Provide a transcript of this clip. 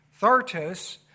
Thartos